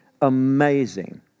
amazing